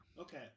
Okay